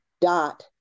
dot